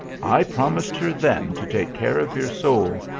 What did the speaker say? i promised her then to take care of your souls,